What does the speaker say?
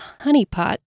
honeypot